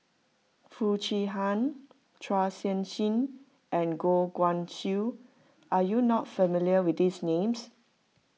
Foo Chee Han Chua Sian Chin and Goh Guan Siew are you not familiar with these names